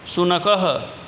शुनकः